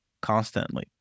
Constantly